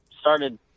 Started